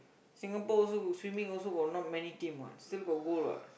Singapore also swimming got not many teams what but still got goal what